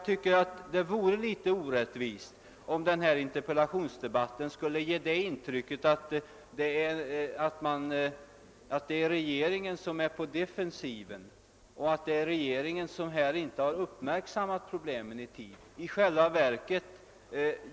Det vore därför litet orättvist, om denna interpellationsdebatt skulle ge intryck av att det är regeringen som är på defensiven och att det är regeringen som inte i tid uppmärksammat problemen.